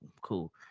cool